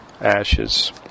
ashes